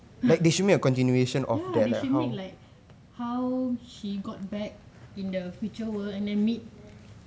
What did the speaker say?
ya they should make like how she got back in the future world and then meet